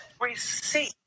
receipt